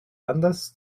anlass